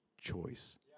choice